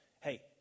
Hey